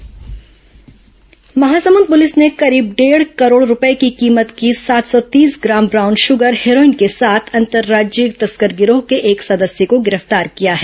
brown sugar गिरफ्तार Mahasamund police ने करीब डेढ़ करोड़ रूपए कीमत की सात सौ तीस ग्राम ब्राउन शुगर हेरोईन के साथ अंतर्राज्यीय तस्कर गिरोह के एक सदस्य को गिरफ्तार किया है